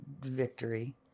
victory